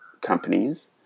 companies